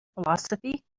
philosophy